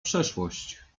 przeszłość